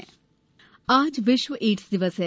ads दिवस आज विश्व एड्स दिवस है